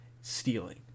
stealing